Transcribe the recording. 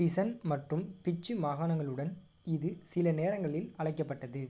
பிசன் மற்றும் பிட்சூ மாகாணங்களுடன் இது சில நேரங்களில் அழைக்கப்பட்டது